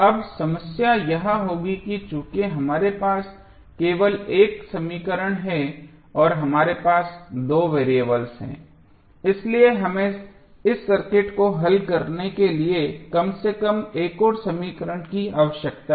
अब समस्या यह होगी कि चूंकि हमारे पास केवल एक समीकरण है और हमारे पास दो वेरिएबल्स हैं इसलिए हमें इस सर्किट को हल करने के लिए कम से कम एक और समीकरण की आवश्यकता है